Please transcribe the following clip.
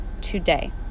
today